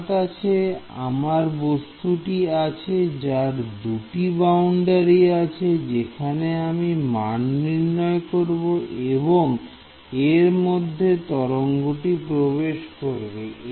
আমার কাছে আমার বস্তুটি আছে যার দুটি বাউন্ডারি আছে যেখানে আমি মান নির্ণয় করব এবং এর মধ্যে তরঙ্গটি প্রবেশ করবে